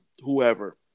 whoever